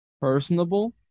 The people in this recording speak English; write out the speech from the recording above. personable